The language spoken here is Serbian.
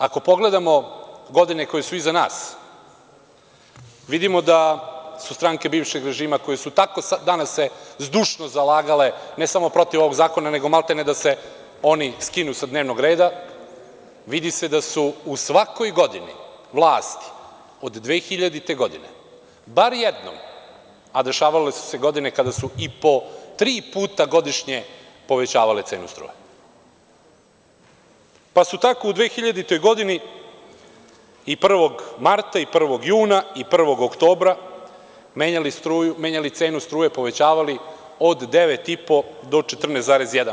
Ako pogledamo godine koje su iza nas, vidimo da su stranke bivšeg režima koje su se danas tako zdušno zalagale ne samo protiv ovog zakona nego maltene da se oni skinu sa dnevnog reda, vidi se da su u svakoj godini vlasti, od 2000. godine, bar jednom, a dešavale su se i godine kada se i po tri puta godišnje povećavala cena struje, pa su tako u 2000. godini i 1. marta i 1. juna i 1. oktobra menjali cenu struje, povećavali od 9,5 do 14,1%